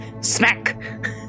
Smack